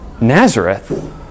Nazareth